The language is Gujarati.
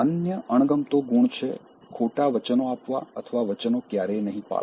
અન્ય અણગમતો ગુણ છે ખોટા વચનો આપવા અથવા વચનો ક્યારેય નહીં પાળવા